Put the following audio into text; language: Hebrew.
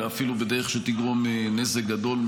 אלא אפילו בדרך שתגרום נזק גדול,